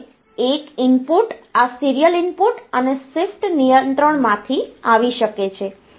તેથી ડી માટે 1 ઇનપુટ આ સીરીયલ ઇનપુટ અને શિફ્ટ નિયંત્રણમાંથી આવી શકે છે